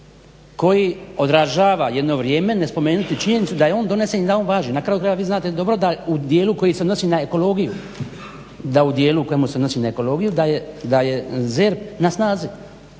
koji odražava jedno vrijeme ne spomenuti činjenicu da je on donesen i da on važi. Na kraju krajeva, vi znate dobro da u dijelu koji se odnosi na ekologiju, da u dijelu koji